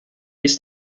ist